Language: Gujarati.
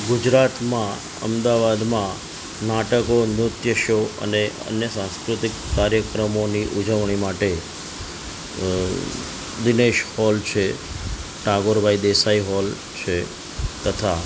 ગુજરાતમાં અમદાવાદમાં નાટકો નૃત્ય શો અને અન્ય સાંસ્કૃતિક કાર્યક્રમોની ઉજવણી માટે દિનેશ હૉલ છે ટાગોર ભાઈ દેસાઈ હૉલ છે તથા